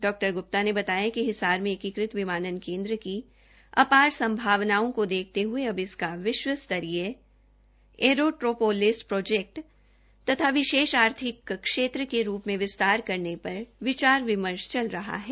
डा ग्प्ता ने बताया कि हिसार में एकीकृत विमानन केन्द्र की अपार संभावनाओं को देखते हये अब इसका विश्व स्तरीय एयरोट्रोपोलिस प्रोजेक्ट तथा विशेष आर्थिक क्षेत्र के रूप में विस्तार करने पर विचार विमर्श चल रहा है